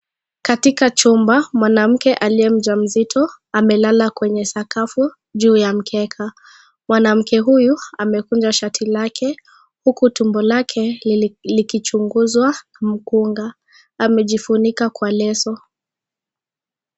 Katika chumba. Mwanamke aliye mjamzito amelala kwenye sakafu juu ya mkeka. Mwanamke huyu amekunja shati lake huku tumbo lake likichunguzwa mkunga. Amejifunika kwa lezo.